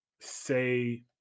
say